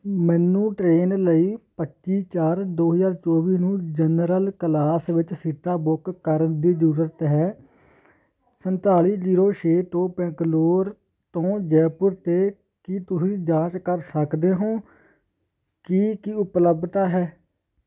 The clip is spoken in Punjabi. ਮੈਨੂੰ ਟ੍ਰੇਨ ਲਈ ਪੱਚੀ ਚਾਰ ਦੋ ਹਜ਼ਾਰ ਚੌਵੀ ਨੂੰ ਜਨਰਲ ਕਲਾਸ ਵਿੱਚ ਸੀਟਾਂ ਬੁੱਕ ਕਰਨ ਦੀ ਜ਼ਰੂਰਤ ਹੈ ਸੰਤਾਲੀ ਜੀਰੋ ਛੇ ਤੋਂ ਬੈਂਗਲੋਰ ਤੋਂ ਜੈਪੁਰ 'ਤੇ ਕੀ ਤੁਸੀਂ ਜਾਂਚ ਕਰ ਸਕਦੇ ਹੋ ਕਿ ਕੀ ਉਪਲੱਬਧਤਾ ਹੈ